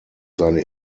seine